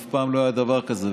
אף פעם לא היה דבר כזה.